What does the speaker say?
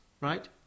right